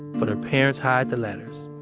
but her parents hide the letters.